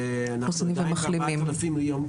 ואנחנו עם 4,000 חולים ליום,